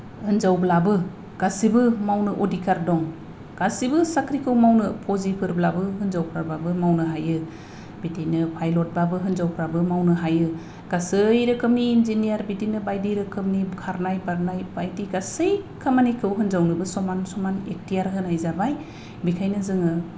होनजावब्लाबो गासैबो मावनो अधिकार दं गासैबो साख्रिखौ मावनो फौजिफोरब्लाबो हिनजावफोरबाबो मावनो हायो बिदिनो पायलतबाबो हिनजावफ्राबो मावनो हायो गासै रोखोमनि इन्जिनियार बिदिनो बायदि रोखोमनि खारनाय बारनाय बायदि गासै खामानिखौ हिनजावनोबो समान समान इक्तियार होनाय जाबाय बेखायनो जोङो